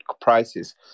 prices